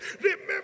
Remember